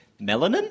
Melanin